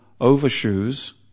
overshoes